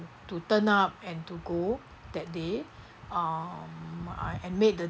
to turn up and to go that day um I admit the